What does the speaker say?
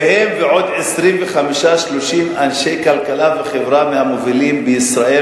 והם ועוד 25 30 אנשי כלכלה וחברה מהמובילים בישראל